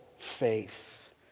faith